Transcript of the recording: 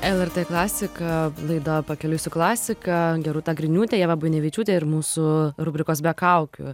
lrt klasika laida pakeliui su klasika rūta griniūtė ieva buinevičiūtė ir mūsų rubrikos be kaukių